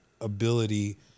ability